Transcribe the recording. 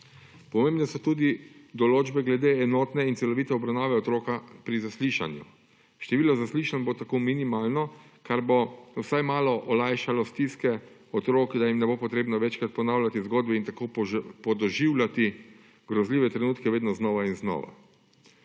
Pomembne so tudi določbe glede enotne in celovite obravnave otroka pri zaslišanju. Število zaslišanj bo tako minimalno, kar bo vsaj malo olajšalo stiske otrok, da jim ne bo potrebno večkrat ponavljati zgodbe in tako podoživljati grozljivih trenutkov vedno znova in znova.